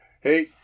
Hey